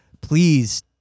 please